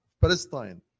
Palestine